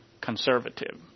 conservative